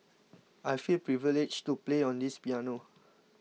I feel privileged to play on this piano